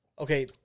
okay